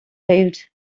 paved